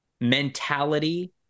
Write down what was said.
mentality